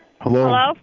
Hello